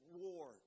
war